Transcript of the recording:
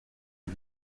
ont